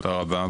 תודה רבה,